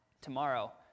tomorrow